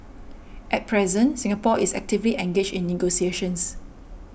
at present Singapore is actively engaged in negotiations